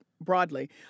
broadly